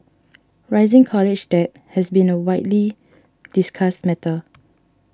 rising college debt has been a widely discussed matter